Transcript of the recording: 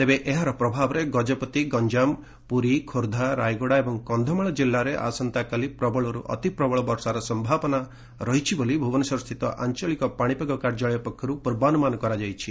ତେବେ ଏହାର ପ୍ରଭାବରେ ଗଜପତି ଗଞ୍ଜାମ ପୁରୀ ଖୋର୍ଦ୍ଧା ରାୟଗଡା ଏବଂ କନ୍ଧମାଳ ଜିଲ୍ଲାରେ ଆସନ୍ତାକାଲି ପ୍ରବଳରୁ ଅତିପ୍ରବଳ ବର୍ଷାର ସମ୍ଭାବନା ରହିଛି ବୋଲି ଭୁବନେଶ୍ୱରସ୍ଥିତ ଆଞ୍ଚଳିକ ପାଣିପାଗ କାର୍ଯ୍ୟାଳୟ ପକ୍ଷରୁ ପୂର୍ବାନୁମାନ କରାଯାଇଛି